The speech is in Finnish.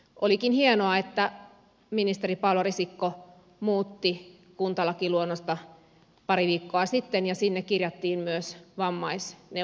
olikin hienoa että ministeri paula risikko muutti kuntalakiluonnosta pari viikkoa sitten ja sinne kirjattiin myös vammaisneuvostot